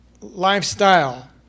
lifestyle